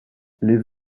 les